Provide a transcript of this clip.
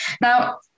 Now